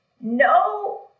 No